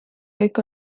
kõik